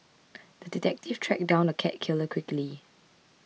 the detective tracked down the cat killer quickly